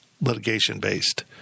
litigation-based